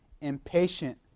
impatient